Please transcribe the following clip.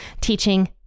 teaching